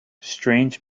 strange